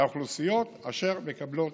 לאוכלוסיות אשר מקבלות